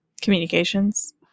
communications